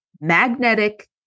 magnetic